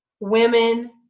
Women